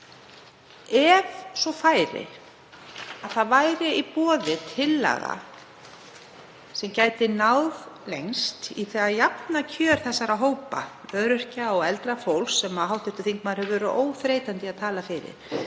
ef svo færi að í boði væri tillaga sem gæti náð lengst í því að jafna kjör þessara hópa, öryrkja og eldra fólks, sem hv. þingmaður hefur verið óþreytandi að tala fyrir,